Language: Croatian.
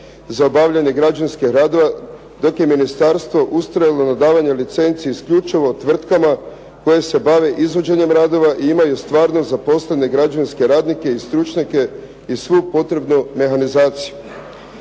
za obavljanje građevinskih radova dok je ministarstvo ustrajalo na davanju licenci isključivo tvrtkama koje se bave izvođenjem radova i imaju stvarno zaposlene građevinske radnike i stručnjake i svu potrebnu mehanizaciju.